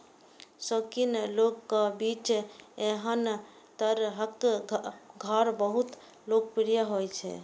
शौकीन लोगक बीच एहन तरहक घर बहुत लोकप्रिय होइ छै